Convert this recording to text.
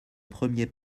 premier